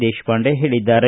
ದೇಶಪಾಂಡೆ ಹೇಳಿದ್ದಾರೆ